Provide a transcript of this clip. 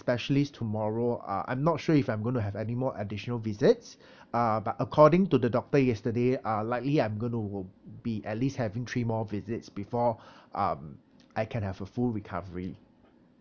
specialist tomorrow uh I'm not sure if I'm gonna have any more additional visits uh but according to the doctor yesterday uh likely I'm going to be at least having three more visits before um I can have a full recovery